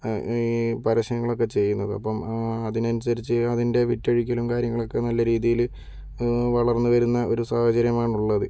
ഈ പരസ്യങ്ങളൊക്കെ ചെയ്യുന്നത് അപ്പോൾ ആ അതിനനുസരിച്ച് അതിൻ്റെ വിറ്റഴിക്കലും കാര്യങ്ങളൊക്കെ നല്ല രീതിയിൽ വളർന്ന് വരുന്ന ഒരു സാഹചര്യം ആണുള്ളത്